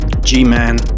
G-Man